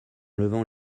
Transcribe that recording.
levant